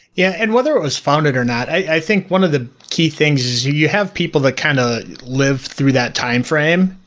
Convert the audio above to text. yeah and whether it was founded or not, i think one of the key things is you have people that kind of live through that timeframe.